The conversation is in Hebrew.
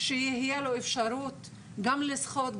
שיהיה לו אפשרות גם לשחות,